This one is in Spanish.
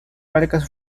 vargas